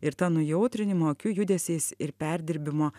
ir ta nujautrinimo akių judesiais ir perdirbimo